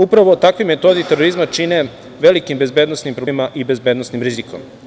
Upravo takvoj metodi terorizma čine velikim bezbednosnim problemima i bezbednosnim rizikom.